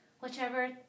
Whichever